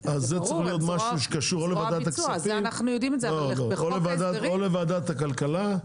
זה צריך להיות משהו שקשור או לוועדת הכספים או לוועדת הכלכלה,